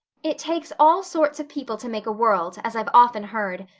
it takes all sorts of people to make a world, as i've often heard,